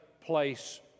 place